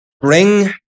bring